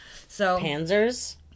Panzers